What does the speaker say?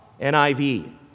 NIV